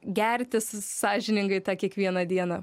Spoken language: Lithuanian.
gerti sąžiningai tą kiekvieną dieną